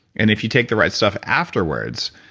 and if you take the right stuff afterwards,